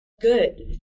good